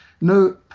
no